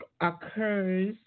occurs